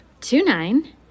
Two-nine